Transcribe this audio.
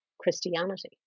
Christianity